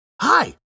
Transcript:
Hi